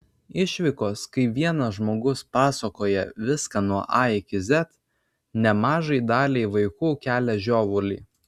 išvykos kai vienas žmogus pasakoja viską nuo a iki z nemažai daliai vaikų kelia žiovulį